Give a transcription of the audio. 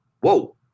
whoa